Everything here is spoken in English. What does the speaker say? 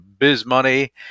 BizMoney